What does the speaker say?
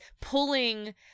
pulling